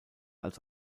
als